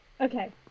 okay